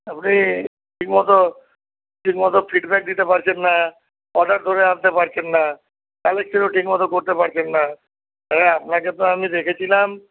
তারপরে ঠিক মতো ঠিক মতো ফিডব্যাক দিতে পারছেন না অর্ডার ধরে আনতে পারছেন না ঠিক মতো করতে পারছেন না তাহলে আপনাকে তো আমি রেখেছিলাম